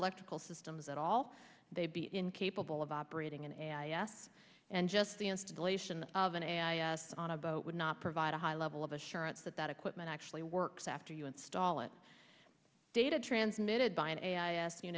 electrical systems at all they be incapable of operating an area and just the installation of an a on a boat would not provide a high level of assurance that that equipment actually works after you install it data transmitted